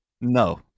no